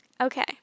Okay